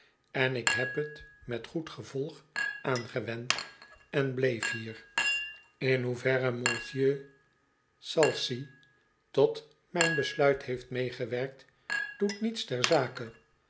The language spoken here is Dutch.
en ik heb t met goed gevolg aangewend en bleef hier in hoeverre monsieur p salcy tot mijn besluit heeft meegewerkt doet niets ter zake